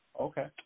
Okay